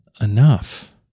enough